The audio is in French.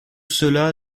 cela